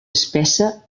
espessa